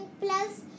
Plus